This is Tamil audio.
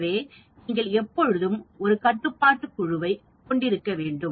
எனவே நீங்கள் எப்போதும் ஒரு கட்டுப்பாட்டு குழுவை கொண்டிருக்க வேண்டும்